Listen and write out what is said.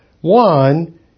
One